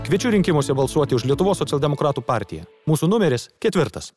kviečiu rinkimuose balsuoti už lietuvos socialdemokratų partiją mūsų numeris ketvirtas